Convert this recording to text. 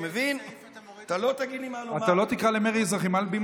אני מבקש להוריד אותו מהדוכן.